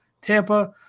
Tampa